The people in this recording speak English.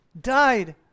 died